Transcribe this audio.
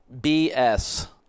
BS